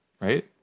right